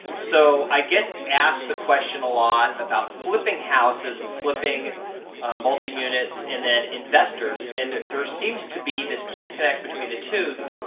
so i get ask the question a lot about flipping houses and flipping multi-units and then investors and there seems to be this disconnect between the two.